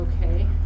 okay